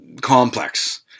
complex